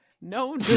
No